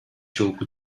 жолку